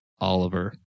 Oliver